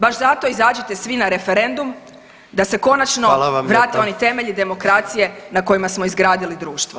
Baš zato izađite svi na referendum da se konačno [[Upadica predsjednik: Hvala vam.]] vrate oni temelji demokracije na kojima smo izgradili društvo.